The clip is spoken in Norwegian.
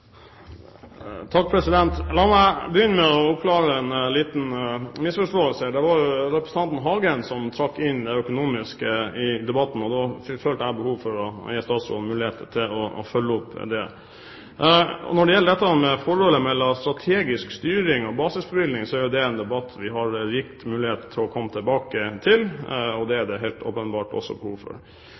Hagen som trakk inn det økonomiske i debatten, og da følte jeg behov for å gi statsråden mulighet til å følge opp det. Når det gjelder forholdet mellom strategisk styring og basisbevilgning, er det en debatt vi har rik mulighet til å komme tilbake til, og det er det helt åpenbart også behov for.